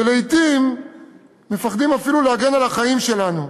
ולעתים "מפחדים אפילו להגן על החיים שלנו",